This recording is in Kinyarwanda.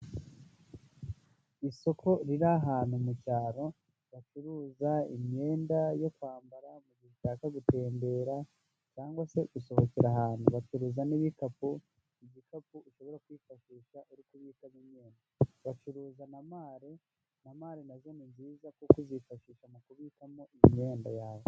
Isoko riri ahantu mu cyaro bacuruza imyenda yo kwambara mu gihe ushaka gutembera, cyangwa se gusohokera ahantu. Bacuruza n'ibikapu. Igikapu ushobora kwifashisha uri kubita nk'imyenda. Bacuruza na male. Na male na zo ni nziza kuko uzifashisha mu kubikamo imyenda yawe.